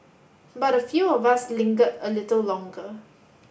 but a few of us lingered a little longer